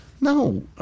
No